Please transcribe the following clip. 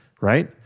right